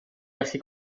gallu